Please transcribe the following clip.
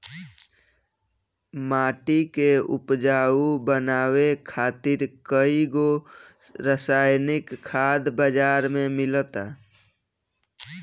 माटी के उपजाऊ बनावे खातिर कईगो रासायनिक खाद बाजार में मिलता